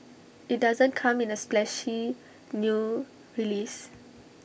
IT doesn't come in A splashy new release